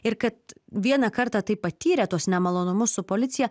ir kad vieną kartą tai patyrę tuos nemalonumus su policija